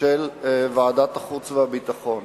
של ועדת החוץ והביטחון.